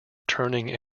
turning